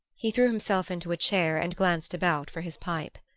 he threw himself into a chair and glanced about for his pipe.